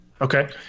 Okay